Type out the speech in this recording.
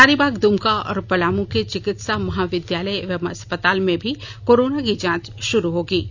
हजारीबाग दमका और पलाम के चिकित्सा महाविद्यालयएवं अस्पताल में भी कोरोना की जांच शुरू होगी